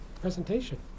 presentation